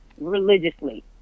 religiously